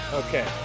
okay